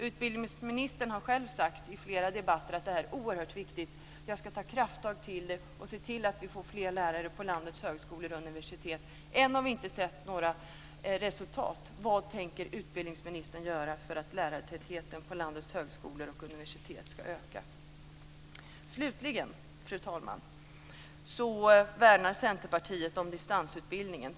Utbildningsministern har själv sagt i flera debatter att det här är oerhört viktigt, att han ska ta krafttag och se till att vi får fler lärare på landets högskolor och universitet. Än har vi inte sett några resultat. Vad tänker utbildningsministern göra för att lärartätheten på landets högskolor och universitet ska öka? Fru talman! Centerpartiet värnar om distansutbildningen.